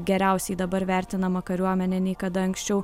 geriausiai dabar vertinama kariuomenė nei kada anksčiau